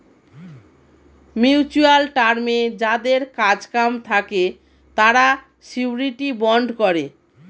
mutual টার্মে যাদের কাজ কাম থাকে তারা শিউরিটি বন্ড করে